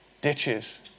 ditches